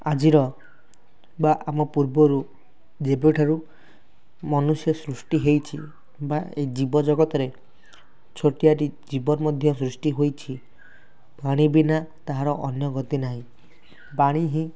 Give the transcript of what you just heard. ଆଜିର ବା ଆମ ପୂର୍ବରୁ ଯେବେ ଠାରୁ ମନୁଷ୍ୟ ସୃଷ୍ଟି ହୋଇଛି ବା ଏଇ ଜୀବଜଗତରେ ଛୋଟିଆ ଜୀବନ ମଧ୍ୟ ସୃଷ୍ଟି ହୋଇଛି ପାଣି ବିନା ତାହାର ଅନ୍ୟ ଗତି ନାହିଁ ପାଣି ହିଁ